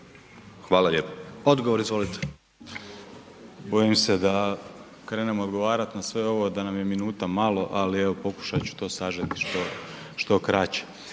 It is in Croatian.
**Aladrović, Josip** Bojim se da krenem odgovarat na sve ovo da nam je minuta mali, ali evo pokušati ću to sažeti što, što kraće.